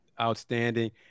Outstanding